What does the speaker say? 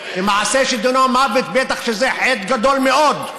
ומעשה שדינו מוות בטח שזה חטא גדול מאוד,